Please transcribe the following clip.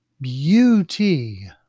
beauty